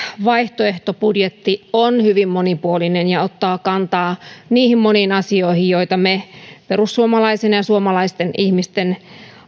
vaihtoehtobudjetti on hyvin monipuolinen ja ottaa kantaa moniin niihin asioihin joita me perussuomalaisina ja suomalaisten ihmisten